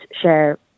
share